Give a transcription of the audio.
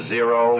Zero